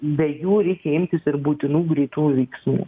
be jų reikia imtis ir būtinų greitų veiksmų